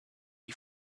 you